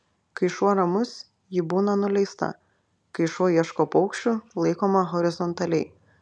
kai šuo ramus ji būna nuleista kai šuo ieško paukščių laikoma horizontaliai